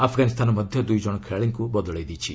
ଆଫ୍ଗାନିସ୍ତାନ ମଧ୍ୟ ଦୁଇ ଜଣଙ୍କ ଖେଳାଳିଙ୍କୁ ବଦଳାଇଛି